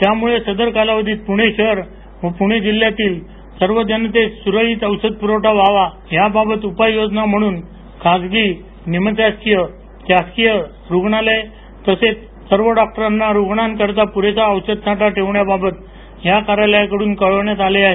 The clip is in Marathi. त्यामुळे सदर कालावधीत प्रणे शहर व प्रणे जिल्ह्यातील सर्व जनतेस सुरळीत औषध पुरवठा व्हावा याबाबत उपाय योजना म्हणून खाजगी निम शासकीय शासकीय रुग्णालय तसेच सर्व डॉक्टराना रुग्णाकरिता पुरेसा औषध साठा ठेवण्याबाबत ह्या कार्यालयाकडून कळविण्यात आले आहे